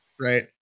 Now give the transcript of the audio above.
right